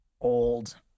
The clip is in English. old